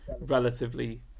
relatively